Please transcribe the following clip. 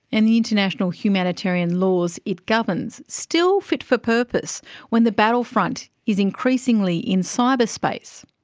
and the international humanitarian laws it governs, still fit for purpose when the battlefront is increasingly in cyber space?